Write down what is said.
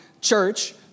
church